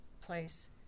place